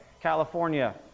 California